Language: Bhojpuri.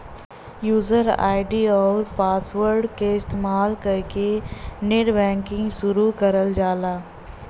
यूजर आई.डी आउर पासवर्ड क इस्तेमाल कइके नेटबैंकिंग शुरू करल जाला